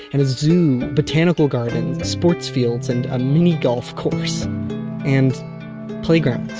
and a zoo, botanical garden, sports fields and a mini golf course and playgrounds